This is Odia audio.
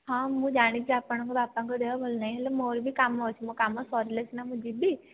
ହଁ ମୁଁ ଜାଣିଛି ଆପଣଙ୍କ ବାପାଙ୍କ ଦେହ ଭଲନାହିଁ ହେଲେ ମୋର ବି କାମ ଅଛି ମୋ କାମ ସରିଲେ ସିନା ମୁଁ ଯିବି